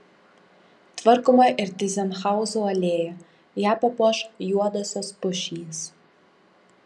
tvarkoma ir tyzenhauzų alėja ją papuoš juodosios pušys